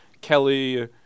Kelly